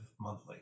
monthly